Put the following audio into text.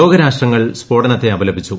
ലോകരാഷ്ട്രങ്ങൾ സ്ഫോടനത്തെ അപലപിച്ചു